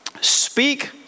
speak